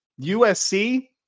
usc